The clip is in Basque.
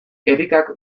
erikak